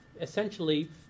essentially